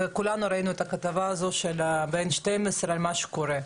וכולנו ראינו את הכתבה ב-N12 על מה שקורה.